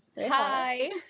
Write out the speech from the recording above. Hi